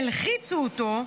הלחיץ אותו,